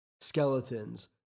skeletons